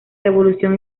revolución